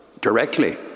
directly